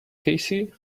cassie